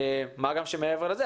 מה גם שמעבר לזה,